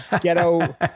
ghetto